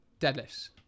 Deadlifts